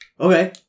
Okay